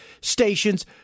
stations